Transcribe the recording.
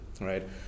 right